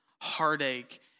heartache